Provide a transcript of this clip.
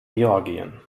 georgien